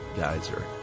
geyser